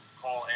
call